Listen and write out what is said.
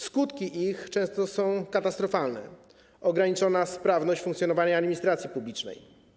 Skutki ich często są katastrofalne, ograniczona jest sprawność w funkcjonowaniu administracji publicznej.